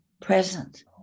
present